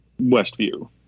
Westview